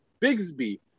Bigsby